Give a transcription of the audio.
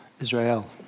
Israel